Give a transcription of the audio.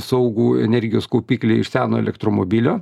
saugų energijos kaupiklį iš seno elektromobilio